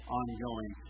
ongoing